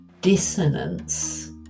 dissonance